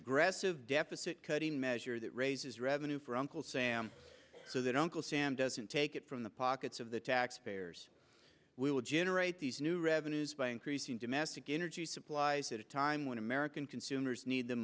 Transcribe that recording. aggressive deficit cutting measure that raises revenue for uncle sam so they don't go sam doesn't take it from the pockets of the taxpayers we will generate these new revenues by increasing domestic energy supplies at a time when american consumers need them